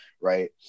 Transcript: right